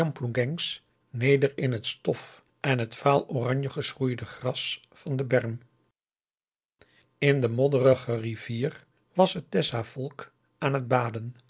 neder in het stof en het vaal oranje geschroeide gras van den berm in de modderige rivier was het augusta de wit orpheus in de dessa dessa volk aan het baden